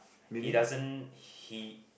he doesn't he